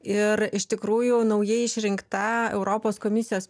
ir iš tikrųjų naujai išrinkta europos komisijos